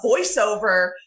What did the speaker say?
voiceover